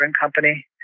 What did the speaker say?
company